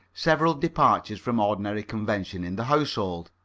several departures from ordinary convention in the household.